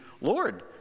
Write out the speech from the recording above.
Lord